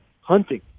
hunting